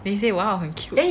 he say !wow! 很 cute